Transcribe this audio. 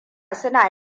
suna